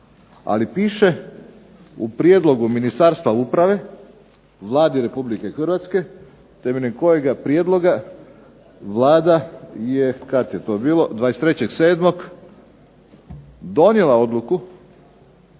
ali piše u prijedlogu Ministarstva uprave Vladi Republike Hrvatske, temeljem kojega prijedloga Vlada je, kad je to bilo 23.7. donijela odluku